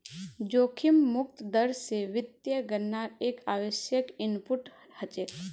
जोखिम मुक्त दर स वित्तीय गणनार एक आवश्यक इनपुट हछेक